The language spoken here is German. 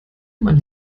man